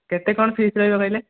କେତେ କ'ଣ ଫିସ୍ ରହିବ କହିଲେ